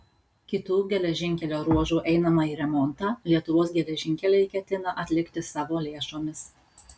kitų geležinkelio ruožų einamąjį remontą lietuvos geležinkeliai ketina atlikti savo lėšomis